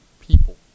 people